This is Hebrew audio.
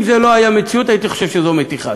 אם זאת לא הייתה מציאות, הייתי חושב שזאת מתיחה.